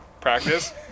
practice